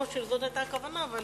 לא שזאת היתה הכוונה, אבל